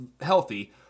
healthy